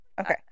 Okay